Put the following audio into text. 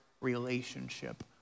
relationship